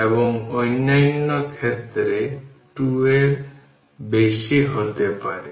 এবং অন্যান্য ক্ষেত্রে 2 এর বেশি হতে পারে